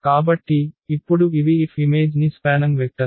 కాబట్టి ఇప్పుడు ఇవి F ఇమేజ్ ని విస్తరించే వెక్టర్స్